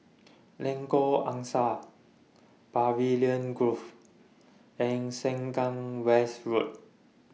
Lengkok Angsa Pavilion Grove and Sengkang West Road